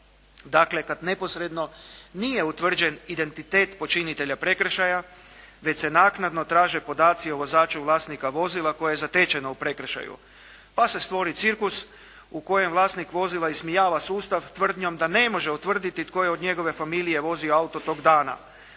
Dakle, kad neposredno nije utvrđen identitet počinitelja prekršaja već se naknadno traže podaci o vozaču vlasnika vozila koje je zatečeno u prekršaju, pa se stvori cirkus u kojem vlasnik vozila ismijava sustav tvrdnjom da ne može utvrditi tko je od njegove familije vozio auto tog dana.